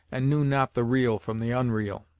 and knew not the real from the unreal.